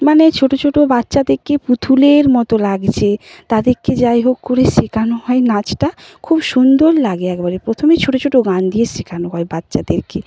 মানে ছোটো ছোটো বাচ্চাদেরকে পুতুলের মতো লাগছে তাদেরকে যাই হোক করে শেখানো হয় নাচটা খুব সুন্দর লাগে একবারে প্রথমে ছোটো ছোটো গান দিয়ে শেখানো হয় বাচ্চাদেরকে